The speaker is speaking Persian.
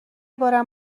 بارم